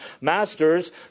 Masters